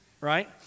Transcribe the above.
Right